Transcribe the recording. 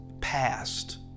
past